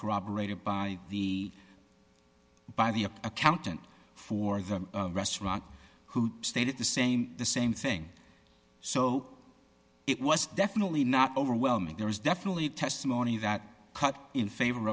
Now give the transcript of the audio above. corroborated by the by the accountant for the restaurant who stayed at the same the same thing so it was definitely not overwhelming there is definitely testimony that cut in favor